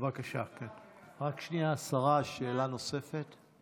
רק שנייה, השרה, שאלה נוספת.